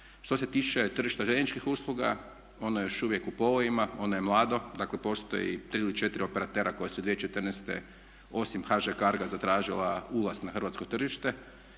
Što se tiče tržišta željezničkih usluga ono je još uvijek u povojima, ono je mlado, dakle postoji 3 ili 4 operatera koja su 2014.osim HŽ CARGO-a zatražila ulaz na hrvatsko tržište